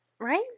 Right